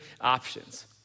options